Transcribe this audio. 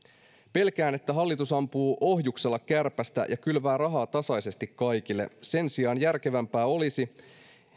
pelkään että hallitus ampuu ohjuksella kärpästä ja kylvää rahaa tasaisesti kaikille sen sijaan järkevämpää olisi